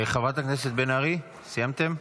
חברת הכנסת בן ארי, סיימתם?